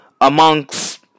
amongst